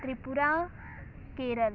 Tripura Kerala